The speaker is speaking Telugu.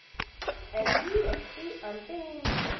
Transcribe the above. ఎన్.ఇ.ఎఫ్.టి అంటే ఏమి